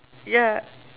ya